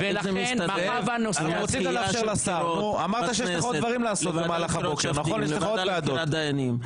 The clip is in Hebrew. איך זה מסתדר עם הדחייה של בחירות בכנסת לוועדה לבחירת דיינים?